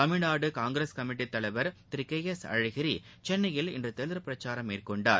தமிழ்நாடு காங்கிரஸ் கமிட்டித் தலைவர் திரு கே எஸ் அழகிரி சென்னையில் இன்று தேர்தல் பிரச்சாரம் மேற்கொண்டார்